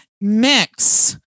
mix